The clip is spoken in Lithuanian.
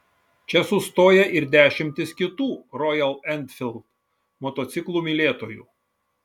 čia sustoja ir dešimtys kitų rojal enfild motociklų mylėtojų